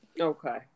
okay